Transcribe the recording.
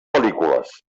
pel·lícules